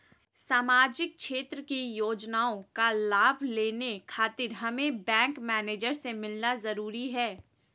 सामाजिक क्षेत्र की योजनाओं का लाभ लेने खातिर हमें बैंक मैनेजर से मिलना जरूरी है?